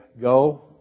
go